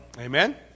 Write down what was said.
Amen